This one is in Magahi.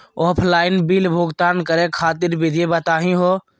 ऑफलाइन बिल भुगतान करे खातिर विधि बताही हो?